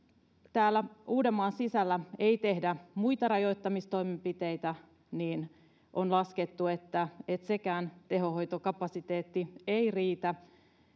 täällä uudenmaan sisällä ei tehdä muita rajoittamistoimenpiteitä niin on laskettu että sekään tehohoitokapasiteetti ei riitä